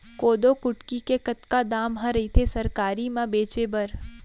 कोदो कुटकी के कतका दाम ह रइथे सरकारी म बेचे बर?